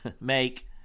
make